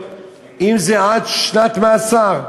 אם זה עד שנת מאסר.